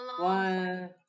One